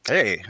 Hey